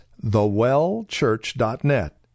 thewellchurch.net